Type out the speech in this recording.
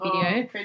video